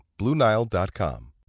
BlueNile.com